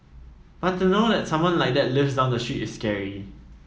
but to know that someone like that lives down the street is scary